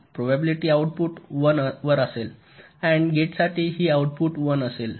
probability output 1 वर असेल and gate साठी हि आउटपुट १ असेल